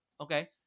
okay